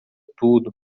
tudo